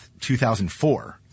2004